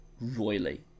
royally